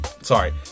Sorry